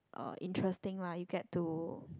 uh interesting lah you get to